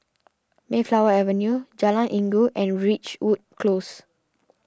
Mayflower Avenue Jalan Inggu and Ridgewood Close